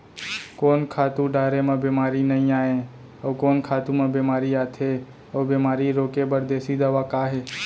कोन खातू डारे म बेमारी नई आये, अऊ कोन खातू म बेमारी आथे अऊ बेमारी रोके बर देसी दवा का हे?